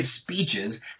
speeches